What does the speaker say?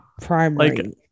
primary